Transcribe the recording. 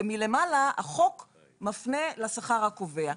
ומלמעלה החוק מפנה לשכר הקובע.